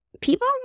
People